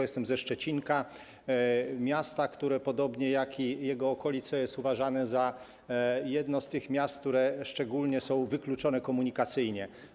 Jestem ze Szczecinka, miasta, które podobnie jak i jego okolice, jest uważane za jedno z miast, które są szczególnie wykluczone komunikacyjnie.